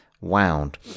Wound